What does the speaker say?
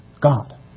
God